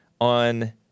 on